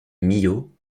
millau